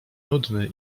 nudny